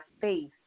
faith